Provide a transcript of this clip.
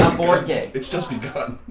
board game. it's just begun